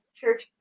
church